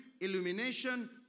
illumination